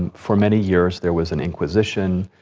for many years there was an inquisition,